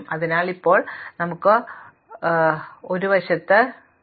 അതിനാൽ ഇപ്പോൾ ഞങ്ങൾക്ക് ഒരു വശത്ത് മരിക്കുന്നു